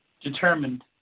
determined